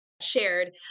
shared